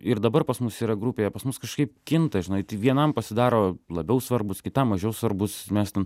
ir dabar pas mus yra grupėje pas mus kažkaip kinta žinai vienam pasidaro labiau svarbus kitam mažiau svarbus mes ten